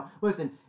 Listen